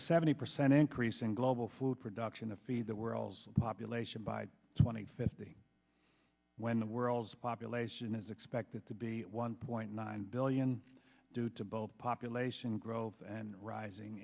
a seventy percent increase in global food production a feed the world's population by twenty fifty when the world's population is expected to be one point nine billion due to both population growth and rising